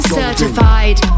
certified